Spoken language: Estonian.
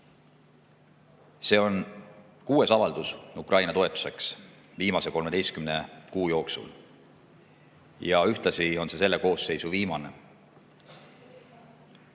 See on kuues avaldus Ukraina toetuseks viimase 13 kuu jooksul ja ühtlasi on see selle koosseisu viimane.